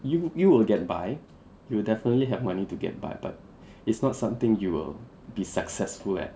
you you will get by you will definitely have money to get by but it's not something you will be successful at